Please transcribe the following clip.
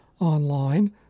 online